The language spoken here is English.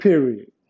Period